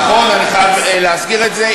נכון, אני חייב להזכיר את זה.